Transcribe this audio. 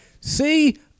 See